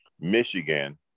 Michigan